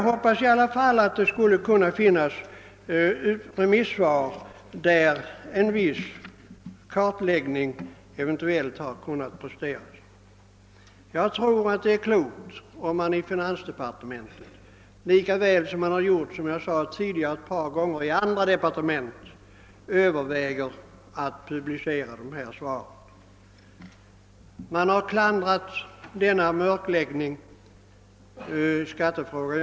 Trots detta hoppades jag att det i något remissvar skulle finnas något slags kartläggning. Jag tror att det är klokt, om finansdepartementet, lika väl som andra departement har gjort ett par gånger, överväger att publicera svaren. Mörkläggningen i skattefrågan har klandrats.